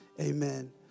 Amen